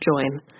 join